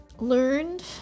learned